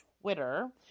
Twitter